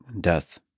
death